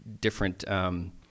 different